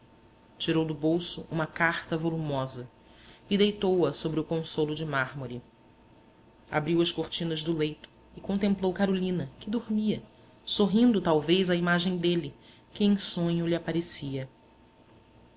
tirou do bolso uma carta volumosa e deitou-a sobre o consolo de mármore abriu as cortinas do leito e contemplou carolina que dormia sorrindo talvez à imagem dele que em sonho lhe aparecia